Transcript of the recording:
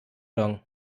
long